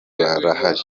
barahari